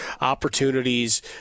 opportunities